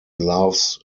loves